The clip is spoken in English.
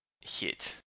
Hit